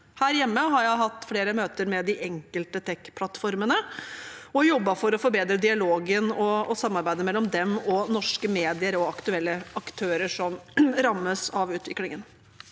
Her hjemme har jeg hatt flere møter med de enkelte tekplattformene og jobbet for å forbedre dialogen og samarbeidet mellom dem og norske medier og aktuelle aktører som rammes av utviklingen.